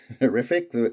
horrific